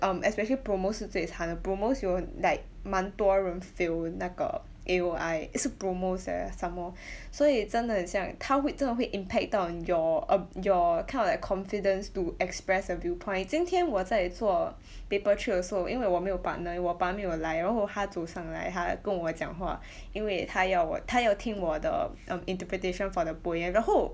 um especially promos 是最惨的 promos 有 like 蛮多人 fail 那个 A_O_I 是 promos eh somemore 所以真的很像他会真的会 impact 到你 your um your kind of like confidence to express your viewpoint 今天我在做 paper three 的时候因为我没有 partner 我 partner 没有来然后她走上来她跟我讲话 因为她要我她要听我的 interpretation for the poem 然后